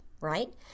right